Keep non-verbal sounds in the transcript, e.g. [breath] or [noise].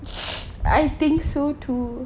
[breath] I think so too